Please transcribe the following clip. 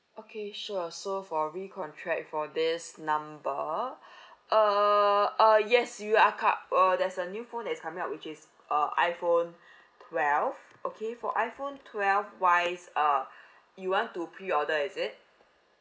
okay sure so for recontract for this number uh err yes you are com~ err there's a new phone that's coming up which is err iphone twelve okay for iphone twelve wise err you want to pre order is it